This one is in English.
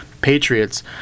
Patriots